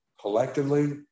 collectively